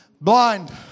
blind